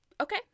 Okay